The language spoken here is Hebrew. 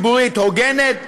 הוגנת,